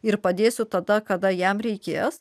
ir padėsiu tada kada jam reikės